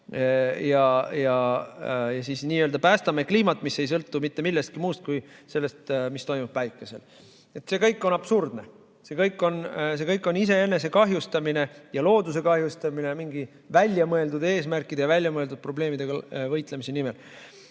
Ja n-ö päästame kliimat, mis ei sõltu mitte millestki muust kui sellest, mis toimub Päikesel. See kõik on absurdne, see kõik on iseenese kahjustamine ja looduse kahjustamine mingite väljamõeldud eesmärkide ja väljamõeldud probleemidega võitlemise nimel.